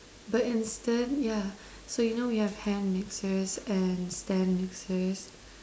but instead yeah so you know we have hand mixers and stand mixers